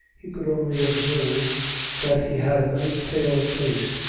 he could only observe that he had a very pale face,